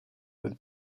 with